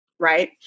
Right